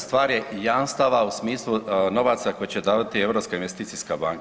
Stvar je jamstava u smislu novaca koji će davati Europska investicijska banka.